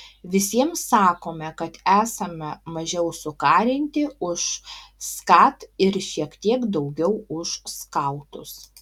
visiems sakome kad esame mažiau sukarinti už skat ir šiek tiek daugiau už skautus